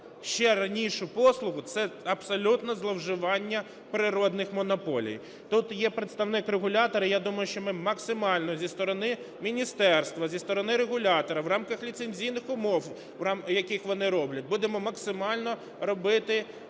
ще раніше послуги, це абсолютно зловживання природних монополій . Тут є представник регулятора. Я думаю, що ми максимально зі сторони міністерства, зі сторони регулятора в рамках ліцензійних умов, в яких вони роблять, будемо максимально робити все